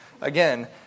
again